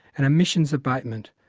and emissions abatement,